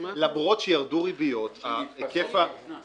למרות שירדו ריביות היקף